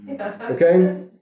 Okay